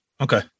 Okay